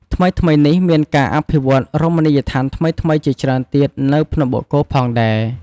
ថ្មីៗនេះមានការអភិវឌ្ឍន៍រមណីយដ្ឋានថ្មីៗជាច្រើនទៀតនៅភ្នំបូកគោផងដែរ។